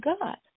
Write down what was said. God